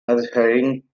adhering